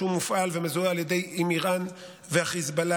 שמופעל ומזוהה עם איראן והחיזבאללה.